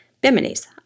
bimini's